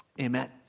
Amen